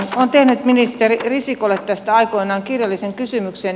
olen tehnyt ministeri risikolle tästä aikoinaan kirjallisen kysymyksen